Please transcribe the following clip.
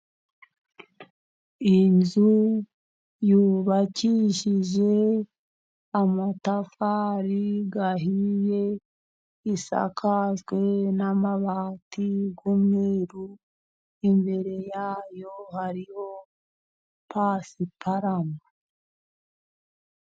Iyi nzu yubakishije amatafari ahiye, isakazwe n'amabati y'umweru, imbere yayo hariho pasiparamu.